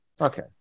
okay